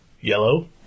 yellow